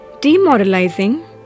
Demoralizing